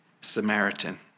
Samaritan